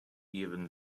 even